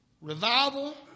Revival